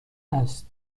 است